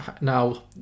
now